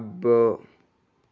అబ్బో